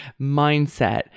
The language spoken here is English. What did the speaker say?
mindset